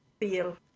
feel